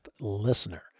listener